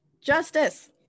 justice